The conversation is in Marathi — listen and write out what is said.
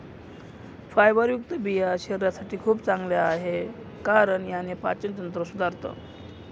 फायबरयुक्त बिया शरीरासाठी खूप चांगल्या आहे, कारण याने पाचन तंत्र सुधारतं